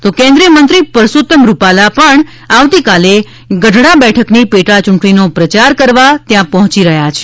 તો કેન્દ્રિય મંત્રી પરસોતમ રૂપાલા પણ આવતીકાલે ગઢડા બેઠકની પેટાયૂંટણીનો પ્રચાર કરવા ત્યાં પહોચી રહ્યા છે